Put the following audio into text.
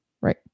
Right